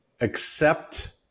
accept